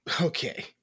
Okay